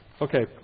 Okay